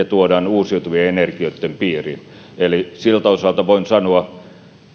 tuodaan uusiutuvien energioitten piiriin eli siltä osin voin sanoa